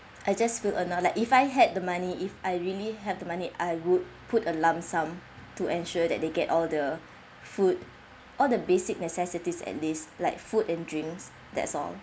I just feel you know like if I had the money if I really have the money I would put a lump sum to ensure that they get all the food all the basic necessities at least like food and drinks that's all